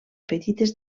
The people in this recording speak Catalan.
petites